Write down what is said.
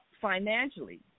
financially